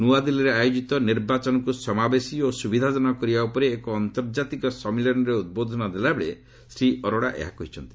ନୂଆଦିଲ୍ଲୀରେ ଆୟୋଜିତ ନିର୍ବାଚନକୁ ସମାବେଶୀ ଓ ସୁବିଧାଜନକ କରିବା ଉପରେ ଏକ ଆନ୍ତର୍ଜାତିକ ସମ୍ମିଳନୀରେ ଉଦ୍ବୋଧନ ଦେଲାବେଳେ ଶ୍ରୀ ଅରୋଡା ଏହା କହିଛନ୍ତି